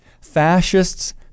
fascists